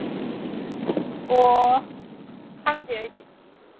ꯑꯣ ꯈꯪꯗꯦ ꯑꯩꯗꯤ